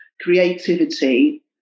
creativity